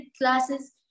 classes